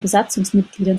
besatzungsmitgliedern